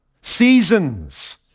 seasons